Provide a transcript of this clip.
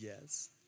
Yes